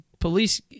Police